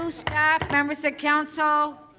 so staff, members of council.